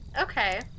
Okay